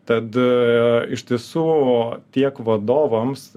tad iš tiesų buvo tiek vadovams